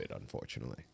unfortunately